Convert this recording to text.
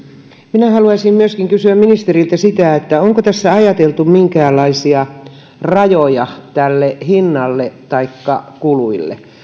minä haluaisin myöskin kysyä ministeriltä onko tässä ajateltu minkäänlaisia rajoja tälle hinnalle taikka kuluille